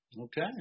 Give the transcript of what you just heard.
Okay